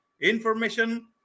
information